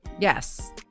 yes